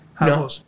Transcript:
No